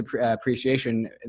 appreciation